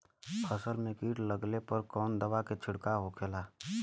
फसल में कीट लगने पर कौन दवा के छिड़काव होखेला?